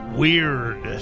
weird